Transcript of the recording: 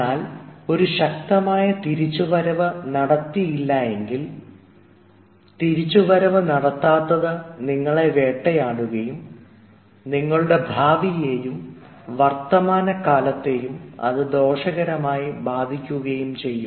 എന്നാൽ ഒരു ശക്തമായ തിരിച്ചുവരവ് നടത്തിയില്ലായെങ്കിൽ തിരിച്ചുവരവ് നടത്താത്തത് നിങ്ങളെ വേട്ടയാടുകയും നിങ്ങളുടെ ഭാവിയെയും വർത്തമാനകാലത്തെയും അത് ദോഷകരമായി ബാധിക്കുകയും ചെയ്യും